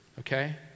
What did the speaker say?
Okay